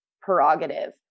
prerogative